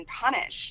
punished